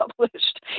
published